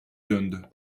döndü